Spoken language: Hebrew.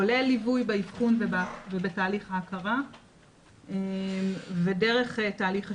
כולל ליווי באבחון ובתהליך ההכרה ודרך תהליך השיקום,